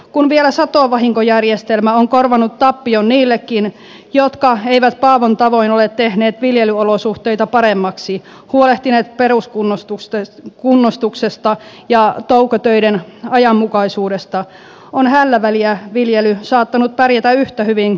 kun vielä satovahinkojärjestelmä on korvannut tappion niillekin jotka eivät paavon tavoin ole tehneet viljelyolosuhteita paremmaksi huolehtineet peruskunnostuksesta ja toukotöiden ajanmukaisuudesta on hällä väliä viljely saattanut pärjätä yhtä hyvin tavanomaisen kanssa